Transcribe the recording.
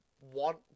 want